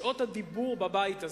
שעות הדיבור בבית הזה,